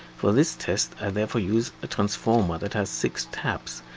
for this test, i therefore use a transformer that has six taps,